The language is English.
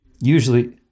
Usually